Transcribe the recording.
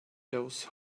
those